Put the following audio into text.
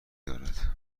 دارد